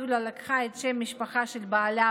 יוליה לקחה את שם המשפחה של בעלה,